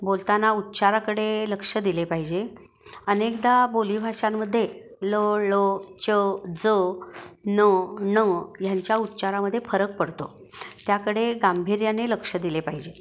बोलताना उच्चाराकडे लक्ष दिले पाहिजे अनेकदा बोलीभाषांमध्ये ल ळ च ज न ण ह्यांच्या उच्चारामध्ये फरक पडतो त्याकडे गांभीर्याने लक्ष दिले पाहिजे